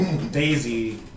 Daisy